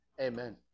Amen